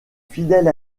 fidèle